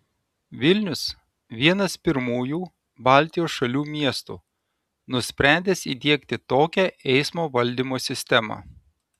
vilnius vienas pirmųjų baltijos šalių miestų nusprendęs įdiegti tokią eismo valdymo sistemą